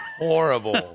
Horrible